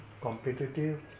competitive